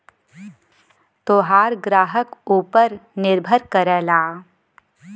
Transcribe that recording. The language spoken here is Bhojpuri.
तोहार ग्राहक ऊपर निर्भर करला